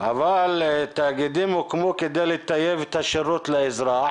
אבל תאגידים הוקמו כדי לטייב את השירות לאזרח,